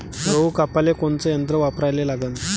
गहू कापाले कोनचं यंत्र वापराले लागन?